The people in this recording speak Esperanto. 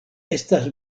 estas